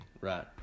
Right